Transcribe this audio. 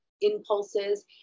impulses